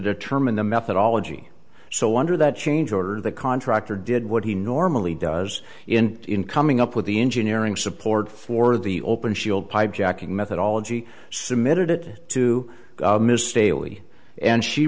determine the methodology so under that change order the contractor did what he normally does in coming up with the engineering support for the open field pipe jacking methodology submitted it to ms staley and she